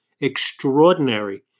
extraordinary